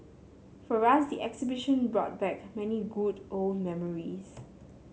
for us the exhibition brought back many good old memories